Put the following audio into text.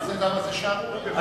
זאת שערורייה.